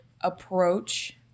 approach